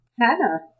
Hannah